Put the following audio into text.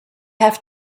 have